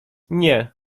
nie